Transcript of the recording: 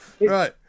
right